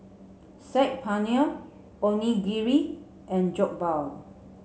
Saag Paneer Onigiri and Jokbal